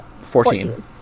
fourteen